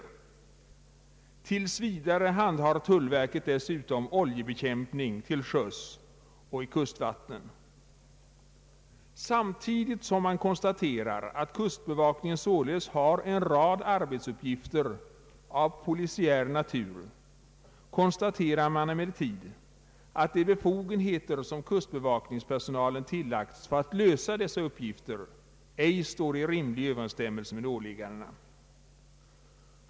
Tills vidare handhar tullverket dessutom <oljebekämpning till sjöss och i kustvattnen. Samtidigt som man konstaterar att kustbevakningen således har en rad arbetsuppgifter av polisiär natur konstaterar man emellertid att de befogenheter som :kustbevakningspersonalen tillagts för att lösa dessa uppgifter ej står i rimlig överensstämmelse med åliggandena.